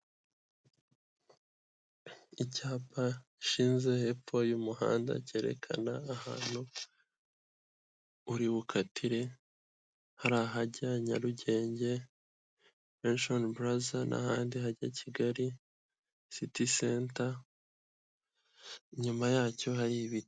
Icyapa gishinze hepfo y'umuhanda cyerekana ahantu uri bukatire hari ahajya Nyarugenge rashoni buraza n'ahandi hajya Kigali siti senta inyuma yacyo hari ibiti.